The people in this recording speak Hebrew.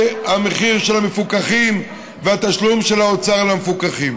המחיר של המפוקחים והתשלום של האוצר למפוקחים.